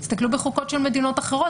תסתכלו בחוקות של מדינות אחרות.